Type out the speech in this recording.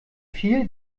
viel